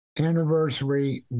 anniversary